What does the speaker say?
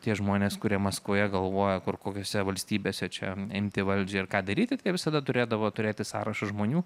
tie žmonės kurie maskvoje galvoja kur kokiose valstybėse čia imti valdžią ir ką daryti tai visada turėdavo turėti sąrašus žmonių